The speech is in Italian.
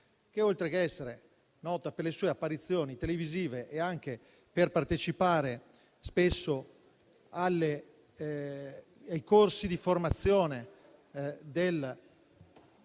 che, oltre che essere nota per le sue apparizioni televisive e anche per partecipare spesso ai corsi di formazione del